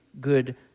good